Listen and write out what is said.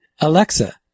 Alexa